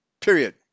period